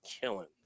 killing